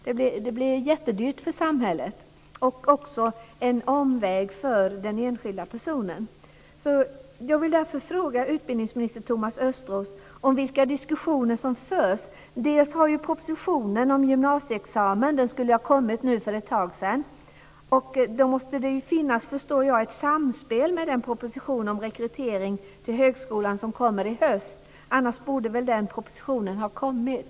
Det blir jättedyrt för samhället och det blir också en omväg för den enskilda personen. Östros vilka diskussioner som förs. Propositionen om gymnasieexamen skulle ha kommit för ett tag sedan, och då måste det finnas, förstår jag, ett samspel med den proposition om rekrytering till högskolan som kommer i höst. Annars borde väl den propositionen ha kommit?